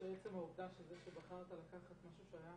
מעצם העובדה שזה שבחרת לקחת משהו שהיה